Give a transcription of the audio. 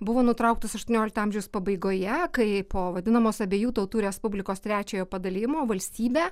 buvo nutrauktas aštuoniolikto amžiaus pabaigoje kai po vadinamos abiejų tautų respublikos trečiojo padalijimo valstybė